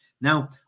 Now